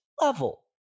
level